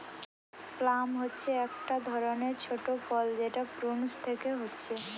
plum হচ্ছে একটা ধরণের ছোট ফল যেটা প্রুনস পেকে হচ্ছে